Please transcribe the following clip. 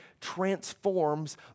transforms